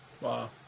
Wow